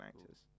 actors